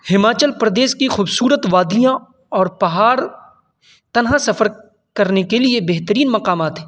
ہماچل پردیش کی خوبصورت وادیاں اور پہاڑ تنہا سفر کرنے کے لیے بہترین مقامات ہیں